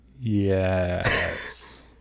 Yes